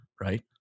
right